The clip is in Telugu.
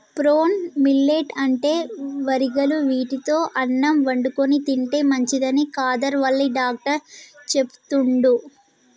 ప్రోసో మిల్లెట్ అంటే వరిగలు వీటితో అన్నం వండుకొని తింటే మంచిదని కాదర్ వల్లి డాక్టర్ చెపుతండు